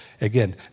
again